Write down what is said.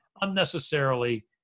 unnecessarily